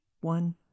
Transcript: One